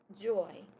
joy